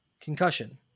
Concussion